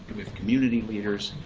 with community leaders,